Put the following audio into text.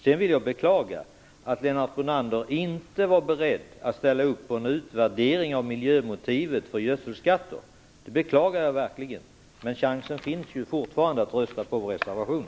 Sedan måste jag beklaga att Lennart Brunander inte var beredd att ställa upp på en utvärdering av miljömotivet för gödselskatter. Det beklagar jag verkligen. Men chansen finns fortfarande att rösta vår reservation.